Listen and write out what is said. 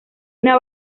una